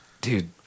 Dude